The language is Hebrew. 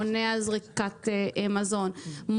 מונע זריקת מזון,